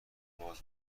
باز